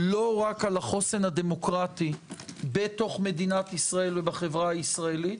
לא רק על החוסן הדמוקרטי בתוך מדינת ישראל ובחברה הישראלית